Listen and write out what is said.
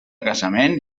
casament